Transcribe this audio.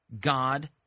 God